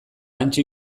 hantxe